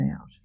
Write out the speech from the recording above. out